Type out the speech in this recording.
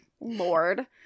Lord